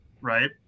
right